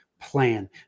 plan